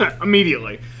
immediately